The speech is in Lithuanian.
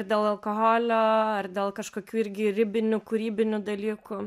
ar dėl alkoholio ar dėl kažkokių irgi ribinių kūrybinių dalykų